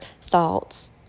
thoughts